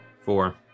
Four